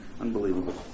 Unbelievable